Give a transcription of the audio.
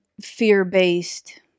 fear-based